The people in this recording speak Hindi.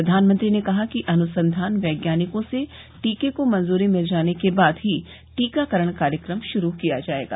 प्रधानमंत्री ने कहा कि अनुसंधान वैज्ञानिकों से टीके को मंजूरी मिल जाने के बाद ही टीकाकरण कार्यक्रम श्रू किया जायेगा